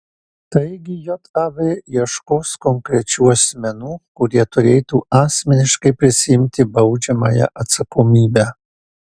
taigi jav ieškos konkrečių asmenų kurie turėtų asmeniškai prisiimti baudžiamąją atsakomybę